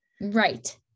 Right